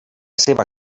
seva